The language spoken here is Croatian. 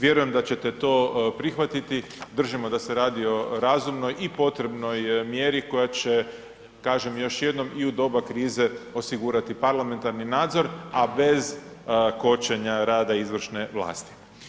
Vjerujem da ćete to prihvatiti, držimo da se radi o razumnoj i potrebnoj mjeri koja će, kažem još jednom, i u doba krize osigurati parlamentarni nadzor, a bez kočenja rada izvršne vlasti.